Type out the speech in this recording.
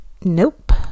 nope